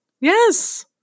Yes